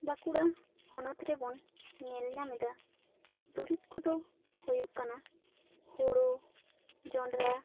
ᱵᱟᱸᱠᱩᱲᱟ ᱦᱚᱱᱚᱛ ᱨᱮᱵᱚᱱ ᱧᱮᱞ ᱧᱟᱢ ᱮᱫᱟ ᱫᱩᱨᱤᱵᱽ ᱠᱚ ᱫᱚ ᱦᱩᱭᱩᱜ ᱠᱟᱱᱟ ᱦᱳᱲᱳ ᱡᱚᱱᱰᱨᱟ